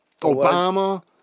Obama